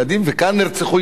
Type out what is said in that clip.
וכאן נרצחו ילדים,